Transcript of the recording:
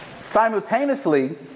Simultaneously